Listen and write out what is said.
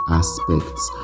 aspects